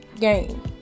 game